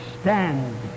stand